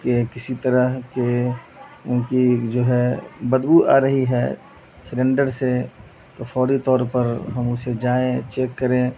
کہ کسی طرح کے ان کی جو ہے بدبو آ رہی ہے سلنڈر سے تو فوری طور پر ہم اسے جائیں چیک کریں